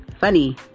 Funny